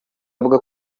avuga